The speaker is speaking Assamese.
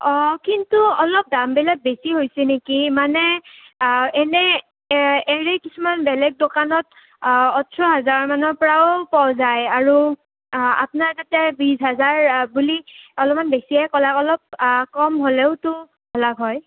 অঁ কিন্তু অলপ দামবিলাক বেছি হৈছে নেকি মানে এনেই এৰে কিছুমান বেলেগ দোকানত ওঠৰ হাজাৰ মানৰ পৰাও পোৱা যায় আৰু আপোনাৰ তাতে বিশ হাজাৰ বুলি অলপমান বেছিয়ে কলাক অলপ কম হ'লেওতো হলাক হয়